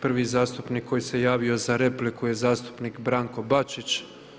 Prvi zastupnik koji se javio za repliku je zastupnik Branko Bačić.